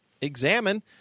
examine